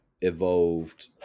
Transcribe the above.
evolved